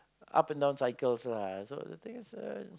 up and down cycles lah so the thing is uh